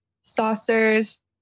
saucers